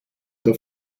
der